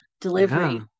delivery